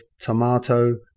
tomato